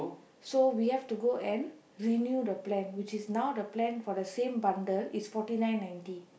so we have to go and renew the plan which is now the plan for the same bundle is Forty Nine ninety